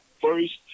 first